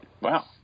Wow